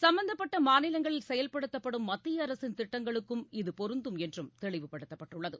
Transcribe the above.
சம்பந்தப்பட்ட மாநிலங்களில் செயல்படுத்தப்படும் மத்திய அரசின் திட்டங்களுக்கும் இது பொருந்தும் என்றும் தெளிவுபடுத்தப்பட்டுள்ளது